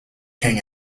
king